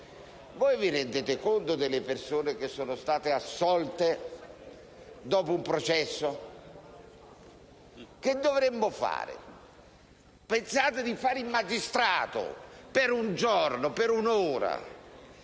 Voi vi rendete conto delle persone assolte dopo un processo? Che dovremmo fare? Pensate di fare il magistrato per un giorno, per un'ora,